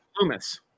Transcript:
Loomis